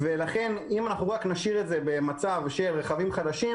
אם נשאיר את זה רק במצב של רכבים חדשים,